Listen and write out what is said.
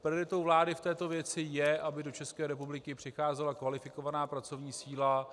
Prioritou vlády v této věci je, aby do České republiky přicházela kvalifikovaná pracovní síla.